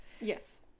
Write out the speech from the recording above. Yes